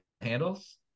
handles